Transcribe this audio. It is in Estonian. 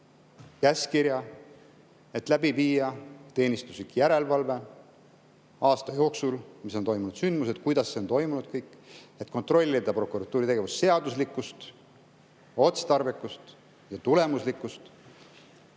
käskkirja, et läbi viia teenistuslik järelevalve – mis on aasta jooksul toimunud sündmused, kuidas see kõik on toimunud –, et kontrollida prokuratuuri tegevuse seaduslikkust, otstarbekust ja tulemuslikkust.